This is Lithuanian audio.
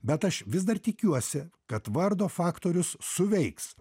bet aš vis dar tikiuosi kad vardo faktorius suveiks